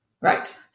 right